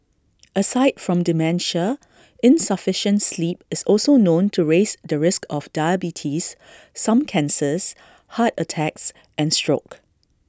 aside from dementia insufficient sleep is also known to raise the risk of diabetes some cancers heart attacks and stroke